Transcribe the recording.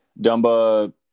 Dumba